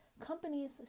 Companies